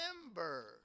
remember